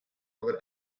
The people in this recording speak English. our